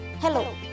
Hello